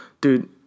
Dude